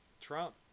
Trump